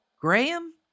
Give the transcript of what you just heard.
Graham